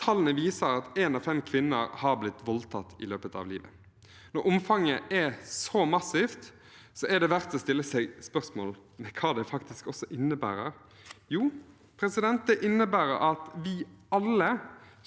Tallene viser at en av fem kvinner har blitt voldtatt i løpet av livet. Når omfanget er så massivt, er det verdt å stille seg spørsmål om hva det innebærer. Det innebærer at vi alle